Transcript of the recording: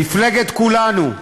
מפלגת כולנו,